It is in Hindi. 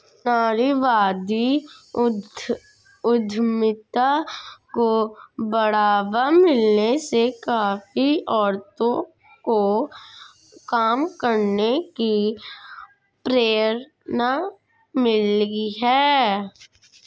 नारीवादी उद्यमिता को बढ़ावा मिलने से काफी औरतों को काम करने की प्रेरणा मिली है